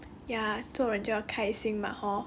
我觉得可以 ya 做了就要开心 mah hor